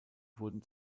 wurden